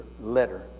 letter